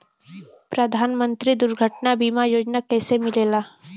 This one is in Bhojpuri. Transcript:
प्रधानमंत्री दुर्घटना बीमा योजना कैसे मिलेला?